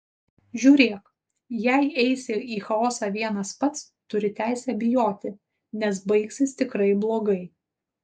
žiūrėk jei eisi į chaosą vienas pats turi teisę bijoti nes baigsis tikrai blogai